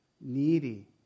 needy